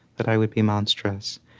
that i would be monstrous.